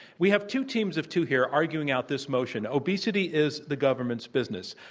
we have two teams of two here arguing out this motion obesity is the government's business.